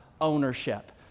ownership